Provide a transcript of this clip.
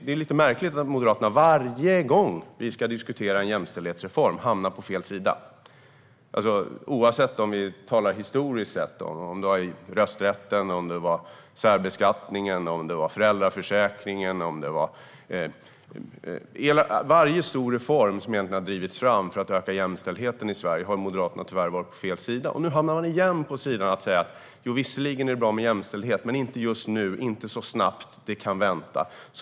Det är lite märkligt att Moderaterna hamnar på fel sida varje gång vi ska diskutera en jämställdhetsreform. Historiskt sett har det varit rösträtten, särbeskattningen, föräldraförsäkringen; vid varje stor reform som har drivits fram för att öka jämställdheten i Sverige har Moderaterna tyvärr varit på fel sida. Och nu hamnar man återigen på fel sida och säger att det visserligen är bra med jämställdhet men inte just nu och inte så snabbt och att det kan vänta.